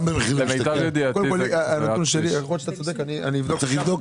יכול להיות שאתה צודק, אני אבדוק.